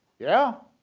yeah?